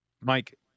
Mike